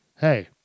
Hey